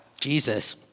Jesus